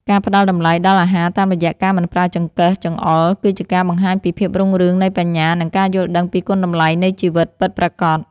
ការផ្តល់តម្លៃដល់អាហារតាមរយៈការមិនប្រើចង្កឹះចង្អុលគឺជាការបង្ហាញពីភាពរុងរឿងនៃបញ្ញានិងការយល់ដឹងពីគុណតម្លៃនៃជីវិតពិតប្រាកដ។